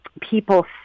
people